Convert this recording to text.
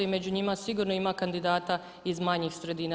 I među njima sigurno ima kandidata iz manjih sredina.